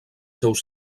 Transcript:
seus